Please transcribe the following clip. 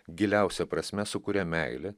giliausia prasme sukuria meilė